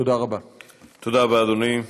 תודה רבה, אדוני.